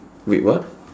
wait what